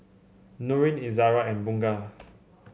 Nurin Izzara and Bunga